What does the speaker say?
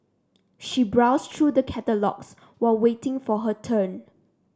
she browsed through the catalogues while waiting for her turn